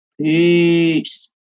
Peace